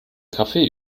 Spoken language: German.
kaffee